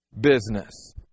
business